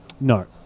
No